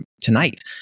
tonight